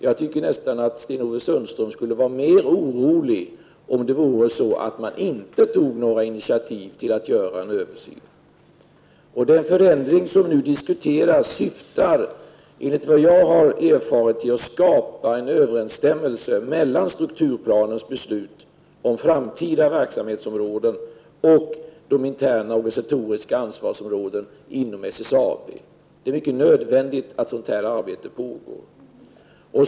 Jag tycker nästan att Sten-Ove Sundström skulle vara mer orolig om man inte tog några initiativ till en översyn. Den förändring som nu diskuteras syftar, enligt vad jag har erfarit, till att skapa en överensstämmalse mellan strukturplanens beslut om framtida verksamhetsområden och de interna organisatoriska ansvarsområdena inom SSAB. Det är nödvändigt att sådant arbete pågår.